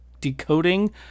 decoding